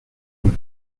york